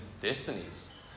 destinies